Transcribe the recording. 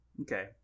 Okay